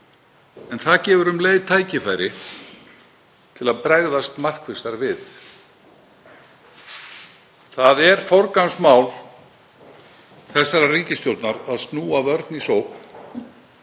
En það gefur um leið tækifæri til að bregðast markvissar við. Það er forgangsmál þessarar ríkisstjórnar að snúa vörn í sókn,